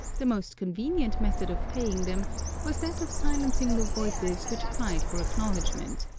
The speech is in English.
the most convenient method of paying them was that of silencing the voices which cried for acknowledgment,